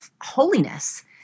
holiness